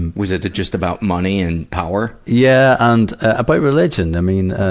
and was it the, just about money and power? yeah, and, about religion. i mean, ah,